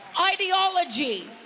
ideology